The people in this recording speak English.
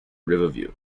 riverview